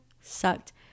sucked